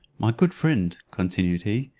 my good friend, continued he,